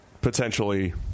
potentially